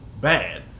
bad